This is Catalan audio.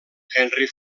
henry